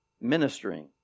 ministering